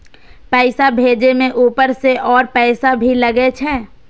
पैसा भेजे में ऊपर से और पैसा भी लगे छै?